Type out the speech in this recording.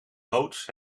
loods